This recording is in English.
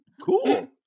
Cool